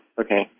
okay